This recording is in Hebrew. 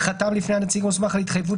חתם לפני הנציג המוסמך על התחייבות